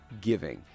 giving